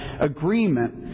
agreement